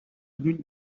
lluny